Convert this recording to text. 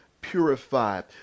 purified